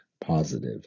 positive